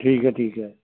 ਠੀਕ ਹੈ ਠੀਕ ਹੈ